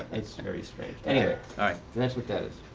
it's very strange. anyhow, all right. and that's what that is.